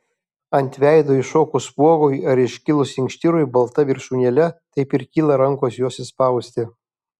ant veido iššokus spuogui ar iškilus inkštirui balta viršūnėle taip ir kyla rankos juos išspausti